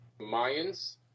Mayans